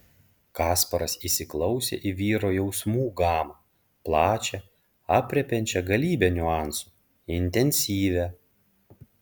kasparas įsiklausė į vyro jausmų gamą plačią aprėpiančią galybę niuansų intensyvią